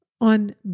on